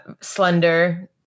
slender